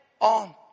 on